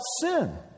sin